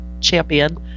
champion